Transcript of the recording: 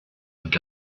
und